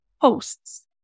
posts